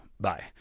bye